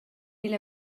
digl